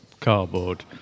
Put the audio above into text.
cardboard